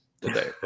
today